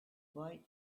boy